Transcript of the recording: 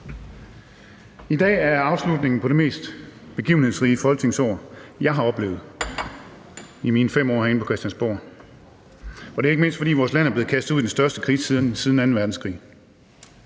I dag er afslutningen på det mest begivenhedsrige folketingsår, jeg har oplevet i mine 5 år herinde på Christiansborg. Det er, ikke mindst fordi vores land er blevet kastet ud i den største krise siden anden verdenskrig.